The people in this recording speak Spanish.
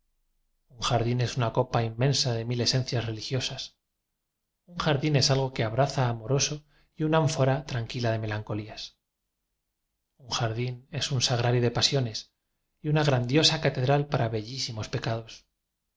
es una copa inmen sa de mil esencias religiosas un jardín es algo que abraza amoroso y un ánfora tran quila de melancolías un jardín es un sagra rio de pasiones y una grandiosa catedral para bellísimos pecados